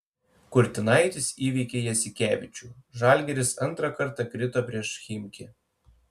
kurtinaitis įveikė jasikevičių žalgiris antrą kartą krito prieš chimki